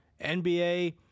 NBA